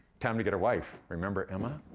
time to get a wife. remember emma?